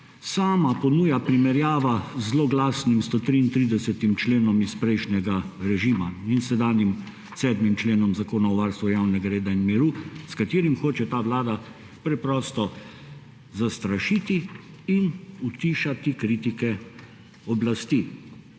sama ponuja primerjava z zloglasnim 133. členom iz prejšnjega režima in sedanjim 7. členom Zakona o varstvu javnega reda in miru, s katerim hoče ta vlada preprosto zastrašiti in utišati kritike oblasti.